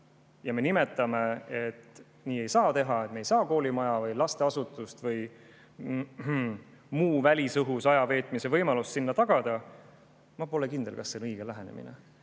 ja nimetame, et nii ei saa teha, et me ei saa koolimaja, lasteasutust või muud välisõhus aja veetmise võimalust sinna tagada, siis ma pole kindel, kas see on õige lähenemine.